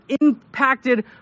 impacted